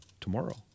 tomorrow